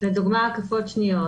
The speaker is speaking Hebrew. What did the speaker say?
לדוגמה הקפות שניות,